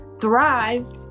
thrive